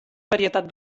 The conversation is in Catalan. varietat